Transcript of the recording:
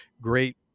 great